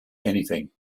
anything